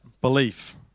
belief